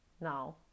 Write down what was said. now